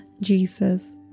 Jesus